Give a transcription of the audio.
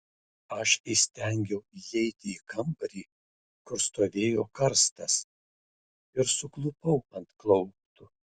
aš įstengiau įeiti į kambarį kur stovėjo karstas ir suklupau ant klauptų